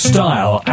Style